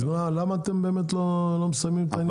אז למה אתם באמת לא מסיימים את העניין?